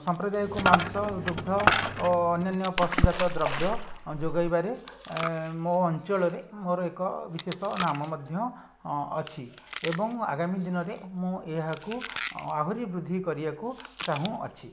ସମ୍ପ୍ରଦାୟକୁ ମାଂସ ଦୁଗ୍ଧ ଓ ଅନ୍ୟାନ୍ୟ ପଶୁଜାତ ଦ୍ରବ୍ୟ ଯୋଗେଇବାରେ ମୋ ଅଞ୍ଚଳରେ ମୋର ଏକ ବିଶେଷ ନାମ ମଧ୍ୟ ଅଛି ଏବଂ ଆଗାମୀ ଦିନରେ ମୁଁ ଏହାକୁ ଆହୁରି ବୃଦ୍ଧି କରିବାକୁ ଚାହୁଁଅଛି